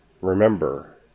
remember